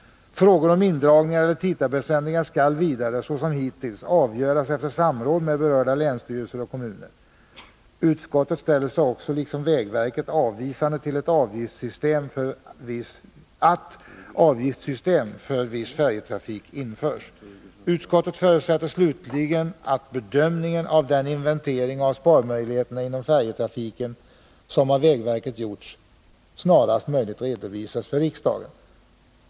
Frågor om indragningar eller tidtabellsändringar skall vidare — såsom hittills — avgöras efter samråd med berörda länsstyrelser och kommuner. Utskottet ställer sig också — liksom vägverket — avvisande till att avgiftssystem för viss färjetrafik införs. Utskottet förutsätter slutligen att bedömningen av den inventering av sparmöjligheterna inom färjetrafiken, som av vägverket gjorts, snarast möjligt redovisas för riksdagen.